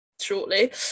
shortly